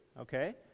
Okay